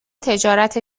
تجارت